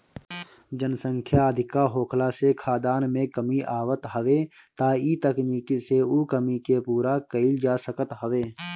जनसंख्या अधिका होखला से खाद्यान में कमी आवत हवे त इ तकनीकी से उ कमी के पूरा कईल जा सकत हवे